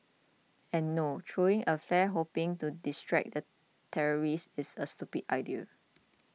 and no throwing a flare hoping to distract the terrorist is a stupid idea